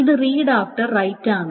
ഇത് read after write ആണ്